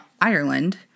Ireland